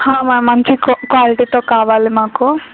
ma'am మంచి క్వాలిటీతో కావాలి మాకు